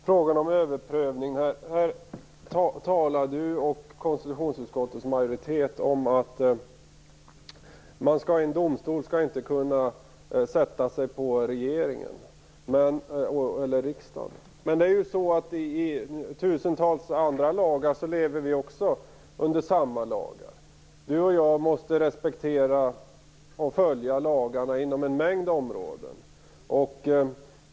Fru talman! Konstitutionsutskottets majoritet talar om att en domstol inte skall kunna sätta sig över regering eller riksdag. Men i tusentals andra fall lever vi under samma lagar som alla andra. Vi måste respektera och följa lagarna inom en mängd områden.